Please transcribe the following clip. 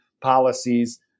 policies